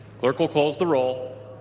clerk will close the roll.